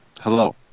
Hello